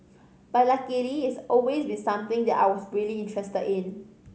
but luckily it's always been something that I was really interested in